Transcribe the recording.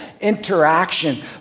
interaction